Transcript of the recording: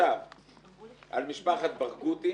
משפחת ברגותי